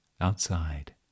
Outside